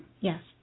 Yes